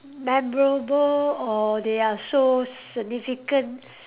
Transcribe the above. memorable or they are so significant